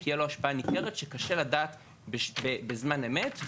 תהיה לו השפעה נגררת שקשה לדעת בזמן אמת.